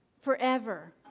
forever